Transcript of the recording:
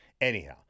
Anyhow